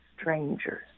strangers